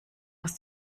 aus